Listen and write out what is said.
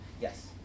Yes